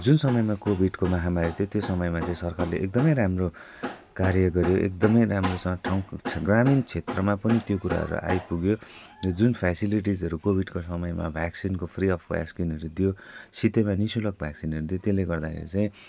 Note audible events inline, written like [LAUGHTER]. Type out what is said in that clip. जुन समयमा कोभिडको महामारी थियो त्यो समयमा चाहिँ सरकारले एकदमै राम्रो कार्य गऱ्यो एकदमै राम्रोसँग [UNINTELLIGIBLE] ग्रामीण क्षेत्रमा पनि त्यो कुराहरू आइपुग्यो जुन फ्यासिलिटिजहरू कोभिडको समयमा भ्याक्सिनको फ्री अफ भ्याक्सिनहरू दियो सित्तैमा निःशुल्क भ्याक्सिनहरू दियो त्यसले गर्दाखेरि चाहिँ